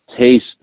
taste